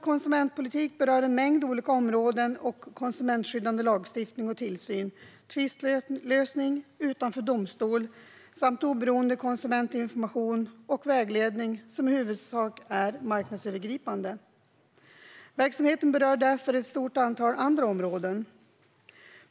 Konsumentpolitiken berör en mängd olika områden och konsumentskyddande lagstiftning och tillsyn, tvistlösning utanför domstol samt oberoende konsumentinformation och vägledning som i huvudsak är marknadsövergripande. Verksamheten berör därför ett stort antal andra områden.